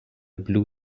blue